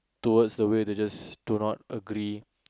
towards the way they just do not agree